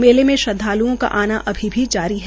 मेले में श्रद्वाल्ओं का आना अभी भी जारी है